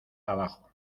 abajo